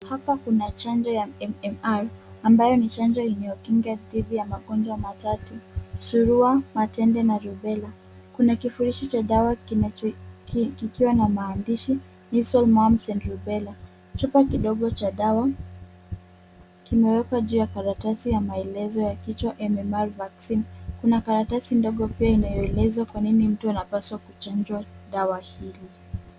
Hapa kuna chanjo ya MMR ambayo ni chanjo inayokinga dhidi ya magonjwa matatu surwa, matende na rubella .Kuna kifurushi cha dawa kinacho kikiwa na maandishi "measles, mumps and rubella" .Chupa ndogo cha dawa kimewekwa juu ya karatasi ya maelezo ya kichwa "MMR vaccine" . Kuna karatasi ndogo pia inayoeleza kwa nini mtu anapaaswa kuchanjwa dawa hili.